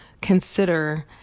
consider